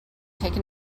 taken